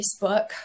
Facebook